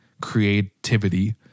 creativity